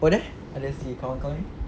oh there kawan-kawan dia